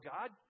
God